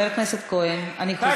לך הצדה, תתבייש.